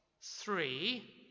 three